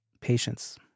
Patience